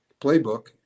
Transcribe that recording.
playbook